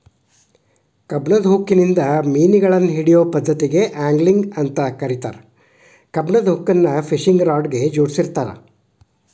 ಕಬ್ಬಣದ ಹುಕ್ಕಿನಿಂದ ಮಿನುಗಳನ್ನ ಹಿಡಿಯೋ ಪದ್ದತಿಗೆ ಆಂಗ್ಲಿಂಗ್ ಅಂತ ಕರೇತಾರ, ಕಬ್ಬಣದ ಹುಕ್ಕನ್ನ ಫಿಶಿಂಗ್ ರಾಡ್ ಗೆ ಜೋಡಿಸಿರ್ತಾರ